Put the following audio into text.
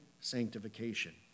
sanctification